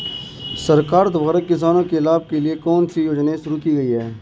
सरकार द्वारा किसानों के लाभ के लिए कौन सी योजनाएँ शुरू की गईं?